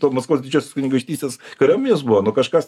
to maskvos didžiosios kunigaikštystės kariuomenės buvo nu kažkas